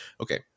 okay